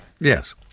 Yes